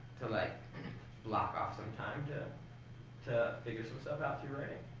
to like block off some time to to figure some stuff out to your